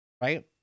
Right